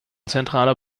zentraler